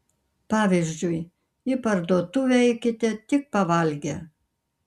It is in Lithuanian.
pavyzdžiui į parduotuvę eikite tik pavalgę